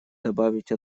добавить